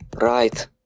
Right